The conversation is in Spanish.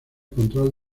control